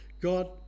God